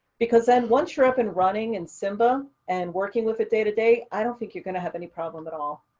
because then once you're up and running in simba and working with it day to day, i don't think you're going to have any problem at all.